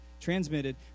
transmitted